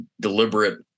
deliberate